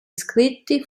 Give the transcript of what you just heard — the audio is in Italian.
iscritti